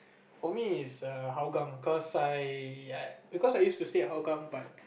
for me is err Hougang cause I I used to stay at Hougang but